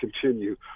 continue